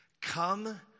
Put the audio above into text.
Come